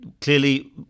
clearly